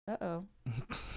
uh-oh